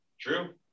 True